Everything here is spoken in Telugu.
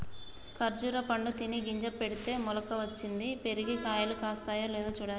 ఖర్జురా పండు తిని గింజ పెడితే మొలక వచ్చింది, పెరిగి కాయలు కాస్తాయో లేదో చూడాలి